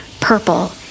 purple